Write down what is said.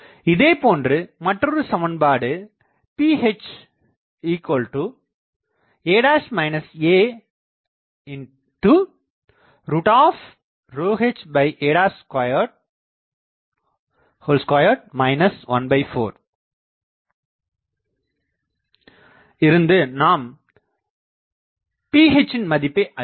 இதேபோன்று மற்றொரு சமன்பாடுPha aha2 1412 இருந்து நாம் Phன் மதிப்பை கண்டறியலாம்